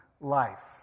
life